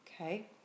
okay